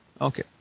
Okay